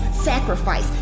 sacrifice